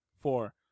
Four